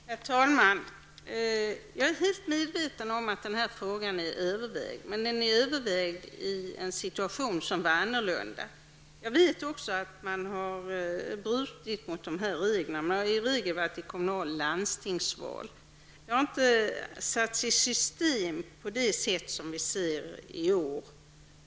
Herr talman! Jag är helt medveten om att frågan har övervägts, men den har övervägts i en situation som var annorlunda. Jag vet också att man tidigare har brutit mot dessa regler, men det har i regel gällt kommunal och landstingsval. Det har inte satts i system på det sätt vi ser i år.